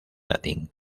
latín